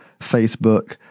Facebook